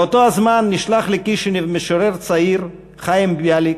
באותו הזמן נשלח לקישינב משורר צעיר, חיים ביאליק,